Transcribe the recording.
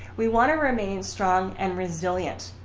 we want to remain strong and resilient.